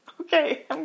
Okay